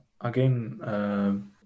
again